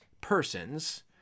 persons